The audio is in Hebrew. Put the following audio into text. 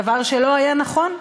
דבר שלא היה נכון.